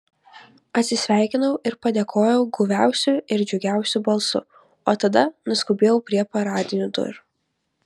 atsisveikinau ir padėkojau guviausiu ir džiugiausiu balsu o tada nuskubėjau prie paradinių durų